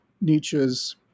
Nietzsche's